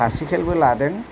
क्लासिकेलबो लादों